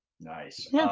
nice